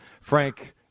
Frank